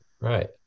Right